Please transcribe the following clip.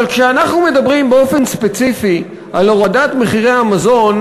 אבל כשאנחנו מדברים באופן ספציפי על הורדת מחירי המזון,